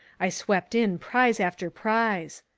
i swept in prize after prize.